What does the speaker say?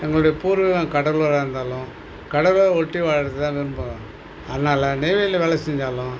எங்களுடைய பூர்வீகம் கடலூராக இருந்தாலும் கடலை ஒட்டி வாழ்கிறத தான் விரும்புவேன் அதனால் நெய்வேலியில் வேலை செஞ்சாலும்